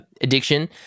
addiction